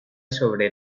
sobre